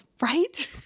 Right